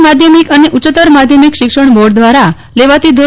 ગુજરાત માધ્યમિક અને ઉચ્ચતર માધ્યમિક શિક્ષણ બોર્ડ દ્વારા લેવાતી ધો